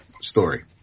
story